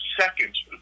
seconds